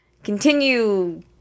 Continue